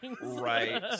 right